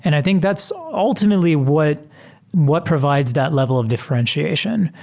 and i think that's ultimately what what provides that level of differentiation.